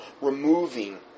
removing